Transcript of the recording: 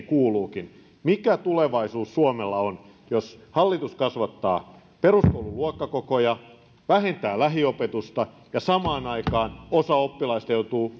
kuuluukin mikä tulevaisuus suomella on jos hallitus kasvattaa peruskoulun luokkakokoja ja vähentää lähiopetusta ja samaan aikaan osa oppilaista joutuu